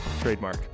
trademark